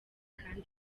kandi